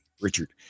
Richard